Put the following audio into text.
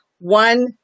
one